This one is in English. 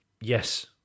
Yes